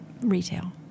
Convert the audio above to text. retail